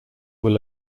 were